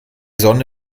sonne